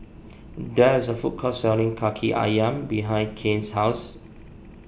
there is a food court selling Kaki Ayam behind Kane's house